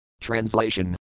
Translation